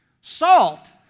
Salt